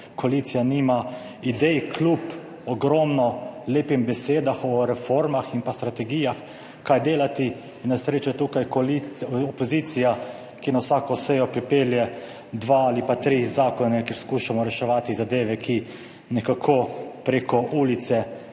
koalicija nima idej, kljub ogromno lepim besedam o reformah in strategijah, kaj delati. Na srečo je tukaj opozicija, ki na vsako sejo pripelje dva ali pa tri zakone, kjer skušamo reševati zadeve, ki nekako prek ulice in